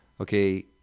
okay